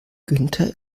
günther